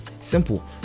Simple